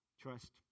Trust